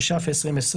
התש"ף-2020 (להלן החוק),